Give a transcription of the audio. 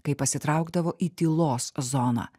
kai pasitraukdavo į tylos zoną